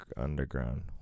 underground